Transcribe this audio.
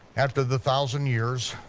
after the thousand years,